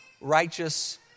righteous